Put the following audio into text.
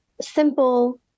simple